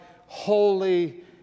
holy